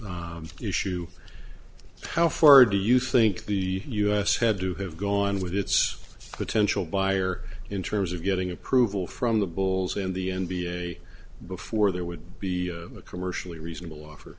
issue how far do you think the u s had to have gone with its potential buyer in terms of getting approval from the bulls and the n b a before there would be a commercially reasonable offer